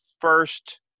first